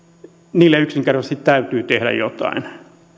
niille yksinkertaisesti täytyy tehdä jotain